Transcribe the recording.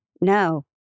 No